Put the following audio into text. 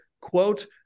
quote